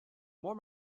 more